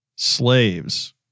Slaves